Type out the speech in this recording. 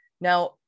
Now